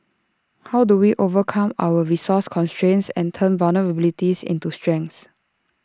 how do we overcome our resource constraints and turn vulnerabilities into strengths